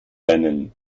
rennen